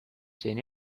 seen